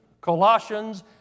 Colossians